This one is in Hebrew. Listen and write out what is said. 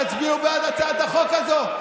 תצביעו בעד הצעת החוק הזאת,